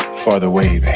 father wave.